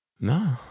No